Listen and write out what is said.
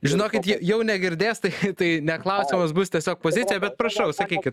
žinokit ji jau negirdės tai tai ne klausimas bus tiesiog pozicija bet prašau sakykit